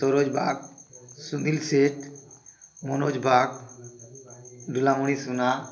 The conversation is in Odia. ସରୋଜ ବାଗ୍ ସୁନିଲ ସେଠ୍ ମନୋଜ ବାଗ୍ ଧୁଲାମଣି ସୁନା